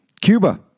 cuba